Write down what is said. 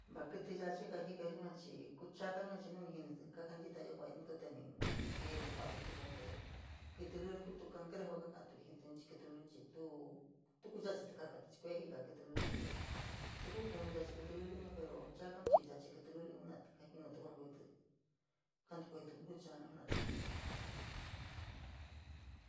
Vaa kítí yachi kaa jika yua chii kuu chaka yua chii kuu chaka yua chii nu ni jinití ja kantitayo kuayo nutí, kentí kuatí nu ntuchaun te kítí luliun cangrejo kakaturi jitíun chii tuu tuu kuu yachi kakatí chii kue jika kítí luliun te tu kuu kunu yachi kití luliun, pero ehakaub yachii kílí luliun jenatí, kaa jinutí kuankoyotí kantukoyo nuu ntuchaun jena’atí.